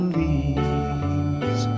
leaves